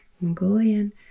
Mongolian